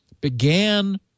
began